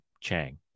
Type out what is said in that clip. Chang